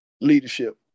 leadership